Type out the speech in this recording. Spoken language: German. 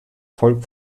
volk